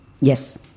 Yes